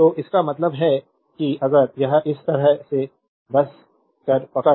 तो इसका मतलब है कि अगर यह इस तरह है बस पर पकड़